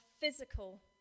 physical